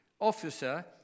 officer